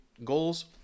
goals